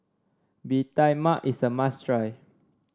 Bee Tai Mak is a must try